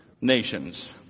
nations